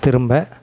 திரும்ப